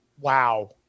Wow